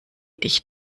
dich